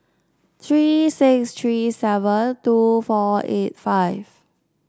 three six three seven two four eight five